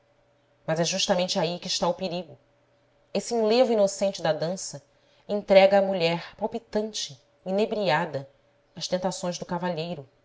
mas é justamente aí que está o perigo esse enlevo inocente da dança entrega a mulher palpitante inebriada às tentações do cavalheiro